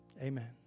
Amen